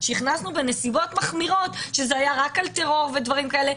שהכנסנו בנסיבות מחמירות שזה היה רק על טרור ודברים כאלה,